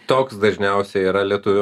toks dažniausiai yra lietuvių